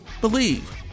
believe